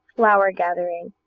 flower-gathering